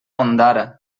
ondara